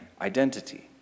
identity